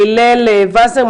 הלל ווסר,